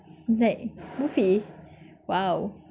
like buffet !wow!